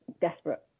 desperate